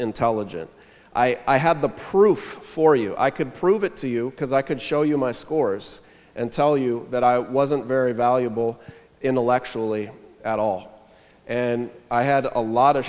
intelligent i had the proof for you i could prove it to you because i could show you my scores and tell you that i wasn't very valuable intellectually at all and i had a lot of